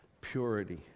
purity